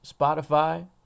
Spotify